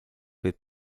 võib